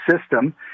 system